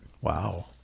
Wow